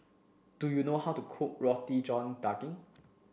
do you know how to cook Roti John Daging